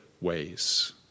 ways